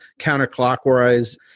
counterclockwise